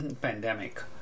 pandemic